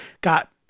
got